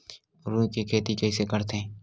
रुई के खेती कइसे करथे?